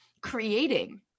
creating